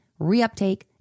reuptake